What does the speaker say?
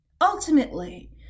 Ultimately